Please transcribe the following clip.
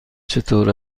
چطور